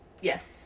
Yes